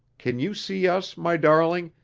can you see us, my darling,